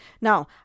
Now